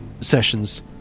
Sessions